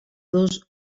dos